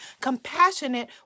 compassionate